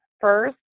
first